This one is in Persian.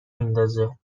میندازه